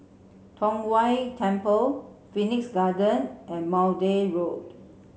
Tong Whye Temple Phoenix Garden and Maude Road